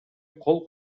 кол